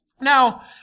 Now